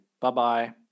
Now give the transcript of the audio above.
Bye-bye